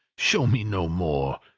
show me no more!